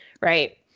Right